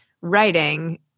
writing